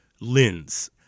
lens